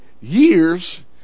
years